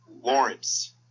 lawrence